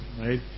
right